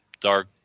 dark